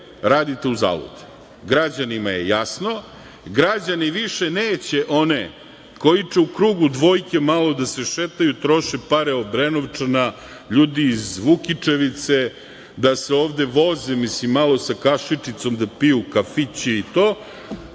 radite uzalud. Građanima je jasno, građani više neće one koji će u drugu dvojke malo da se šetaju, troše pare Obrenovčana, ljudi iz Vukičevice, da se ovde voze, mislim malo sa kašičicom da piju, kafići i to